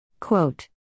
Quote